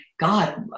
god